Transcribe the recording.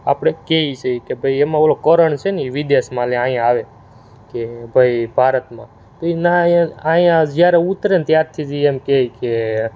આપણે કહીએ છે કે એમાં ભાઈ ઓલો કરણ છે ને એ વિદેશમાંથી અહીં આવે કે ભાઈ ભારતમાં તો એ ના એ અહીંયા જ્યારે ઉતરે ત્યારથી તે એમ કહે કે